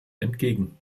entgegen